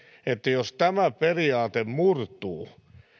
että jos tämä periaate murtuu